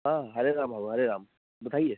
हा हरे राम हरे राम ॿुधाइए